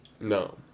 No